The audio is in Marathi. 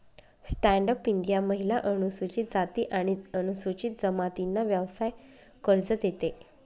स्टँड अप इंडिया महिला, अनुसूचित जाती आणि अनुसूचित जमातींना व्यवसाय कर्ज देते